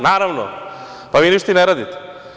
Naravno, pa vi ništa i ne radite.